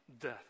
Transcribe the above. death